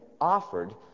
offered